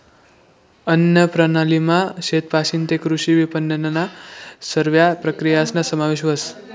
अन्नप्रणालीमा शेतपाशीन तै कृषी विपनननन्या सरव्या प्रक्रियासना समावेश व्हस